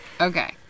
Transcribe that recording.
Okay